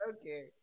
okay